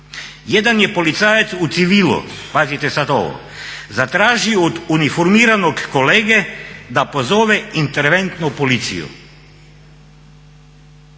Jedan je policajac u civilu, pazite sad ovo, zatražio od uniformiranog kolege da pozove interventnu policiju